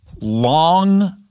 long